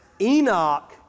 Enoch